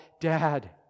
dad